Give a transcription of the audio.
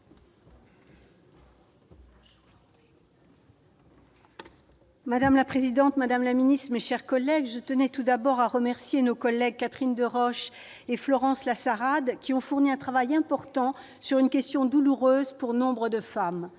Madame la présidente, madame la ministre, mes chers collègues, je tenais tout d'abord à remercier nos collègues Catherine Deroche et Florence Lassarade, qui ont fourni un travail important sur une question douloureuse pour nombre de femmes.